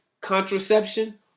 contraception